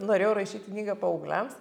norėjau rašyti knygą paaugliams